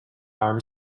arm